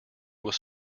was